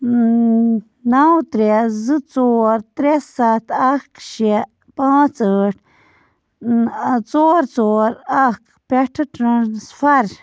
نو ترٛےٚ زٕ ژور ترٛےٚ ستھ اکھ شےٚ پانٛژ ٲٹھ ژور ژور اکھ پٮ۪ٹھٕ ٹرٛانٕسفر